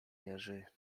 jerzy